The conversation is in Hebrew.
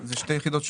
זה שתי יחידות שונות.